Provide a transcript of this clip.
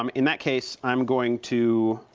um in that case, i'm going to